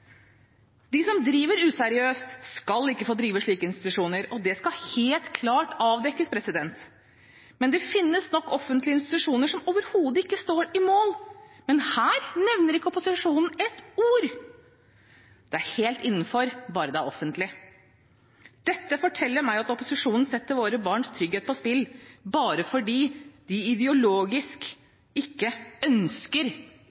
De som driver useriøst, skal ikke få drive slike institusjoner, og det skal helt klart avdekkes. Det finnes nok offentlige institusjoner som overhodet ikke holder mål, men her sier ikke opposisjonen et ord. Det er helt innenfor, bare det er offentlig. Dette forteller meg at opposisjonen setter våre barns trygghet på spill, bare fordi de